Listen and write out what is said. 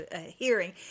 hearing